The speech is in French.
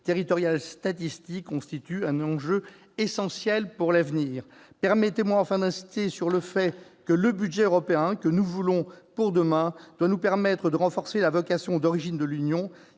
territoriales statistiques constitue un enjeu essentiel pour l'avenir. Permettez-moi enfin d'insister sur le fait que le budget européen que nous voulons pour demain doit nous permettre de renforcer la vocation d'origine de l'Union,